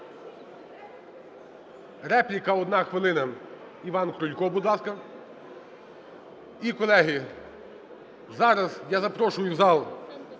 Репліка, одна хвилина, Іван Крулько, будь ласка. І, колеги, зараз я запрошую в зал